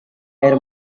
air